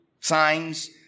signs